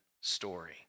story